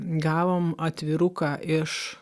gavom atviruką iš